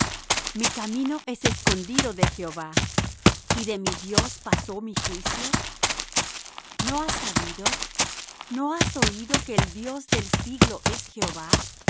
mi camino es escondido de jehová y de mi dios pasó mi juicio no has sabido no has oído que el dios del siglo es jehová